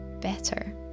better